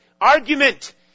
argument